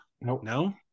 No